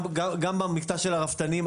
גם במקטע של הרפתנים,